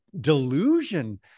delusion